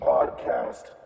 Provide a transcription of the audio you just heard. Podcast